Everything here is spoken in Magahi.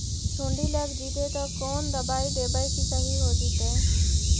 सुंडी लग जितै त कोन दबाइ देबै कि सही हो जितै?